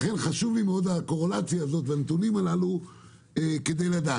לכן חשובה לי מאוד הקורלציה הזאת והנתונים הללו כדי לדעת.